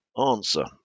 answer